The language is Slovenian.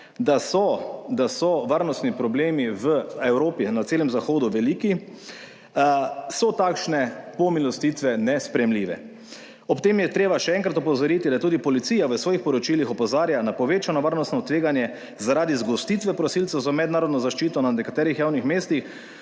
da so varnostni problemi v Evropi na celem zahodu veliki, so takšne pomilostitve nesprejemljive. Ob tem je treba še enkrat opozoriti, da tudi policija v svojih poročilih opozarja na povečano varnostno tveganje zaradi zgostitve prosilcev za mednarodno zaščito na nekaterih javnih mestih.